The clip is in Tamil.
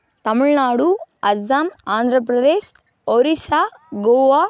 தமிழ்நாடு அசாம் ஆந்திரப்பிரதேஸ் ஒடிசா கோவா